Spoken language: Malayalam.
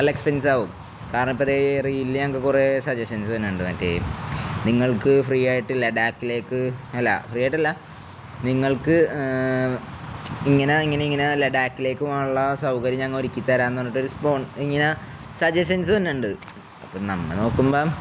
നല്ല എക്സ്പെൻസാവകും കാരണം ഇപ്പ റീല ഞങ്ങക്ക് കൊറേ സജഷൻസ് തന്നെണ്ട് മറ്റേ നിങ്ങൾക്ക് ഫ്രീയ ആയിട്ട് ലഡാക്കിലേക്ക് അല്ല ഫ്രീ ആയിട്ടല്ല നിങ്ങൾക്ക് ഇങ്ങനെ ഇങ്ങനെ ഇങ്ങനെ ലഡാക്കിലേക്ക് പോേണുള്ള സൗകര്യം ഞങ്ങ ഒക്കി തരാന്ന് പറഞ്ഞിട്ട് ഒരു്പോ ഇങ്ങനെ സജഷൻസ് തന്നണ്ട് അപ്പ നമ്മ നോക്കുമ്പം